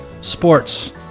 sports